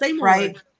right